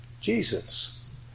Jesus